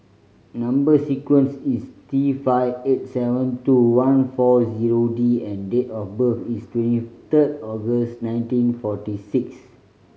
number sequence is T five eight seven two one four zero D and date of birth is twenty third August nineteen forty six